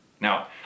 now